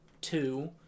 two